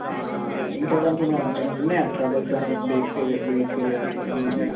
ఇంకా దానికి ఏమైన ఏమైన్న ఉన్నాయా ట్రబుల్స్ కానీ బ్రేక్స్ ఫెయి బ్రేక్ ఫెయిల్ కానీ ఏమైన్న ఉన్నాయా